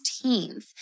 16th